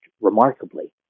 remarkably